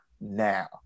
now